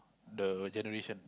the generation